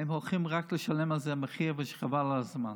הם הולכים רק לשלם על זה מחיר שחבל על הזמן.